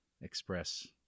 express